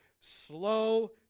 slow